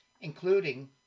including